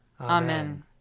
Amen